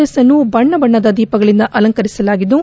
S ಅನ್ನು ಬಣ್ಣ ಬಣ್ಣದ ದೀಪಗಳಿಂದ ಅಲಂಕರಿಸಲಾಗಿದ್ದು